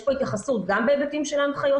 יש פה התייחסות גם בהיבטים של הנחיות